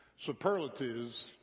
Superlatives